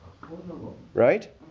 Right